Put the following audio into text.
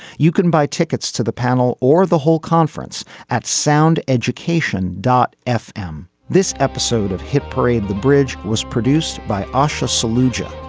you can buy tickets to the panel or the whole conference at sound education dot f m. this episode of hit parade the bridge was produced by usher solution.